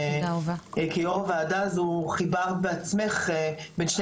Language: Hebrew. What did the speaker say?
שכיו"ר הוועדה הזו חיברת בעצמך בין שני